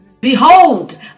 Behold